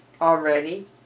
already